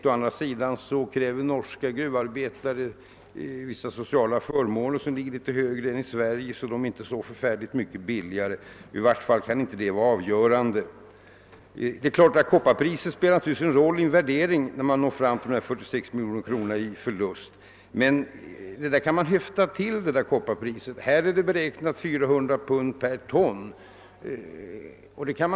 Men å andra sidan kräver norska anläggningsoch gruvarbetare vissa andra förmåner, som ligger något högre än i Sverige, varför de inte är så mycket billigare. I varje fall kan skillnaden inte, såvitt jag förstår, vara avgörande. Det är klart att kopparpriset spelar stor roll vid en värdering där man når fram till siffran 46 miljoner kronor i förlust. Detta kopparpris kan emellertid hyfsas till. Här räknar man med ett pris på 400 pund per ton.